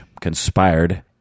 conspired